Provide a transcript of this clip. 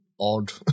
odd